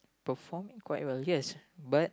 perform quite well yes but